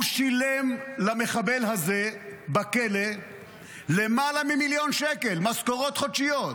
הוא שילם למחבל הזה בכלא למעלה ממיליון שקל במשכורות חודשיות.